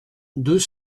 deux